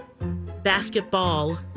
Basketball